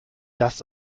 das